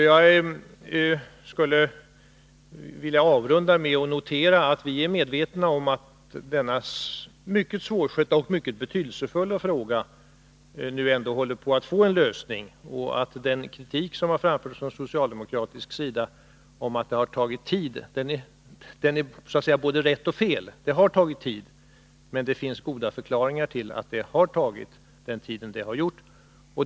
Jag skulle vilja avrunda med att säga att vi är medvetna om att denna mycket svårskötta och mycket betydelsefulla fråga nu ändå håller på att få en lösning och att den socialdemokratiska kritiken att det har tagit för lång tid är så att säga både riktig och felaktig. Det har tagit tid, men det finns goda förklaringar till detta.